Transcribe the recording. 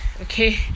Okay